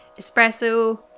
Espresso